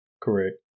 Correct